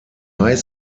high